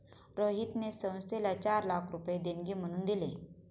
रोहितने संस्थेला चार लाख रुपये देणगी म्हणून दिले